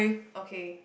okay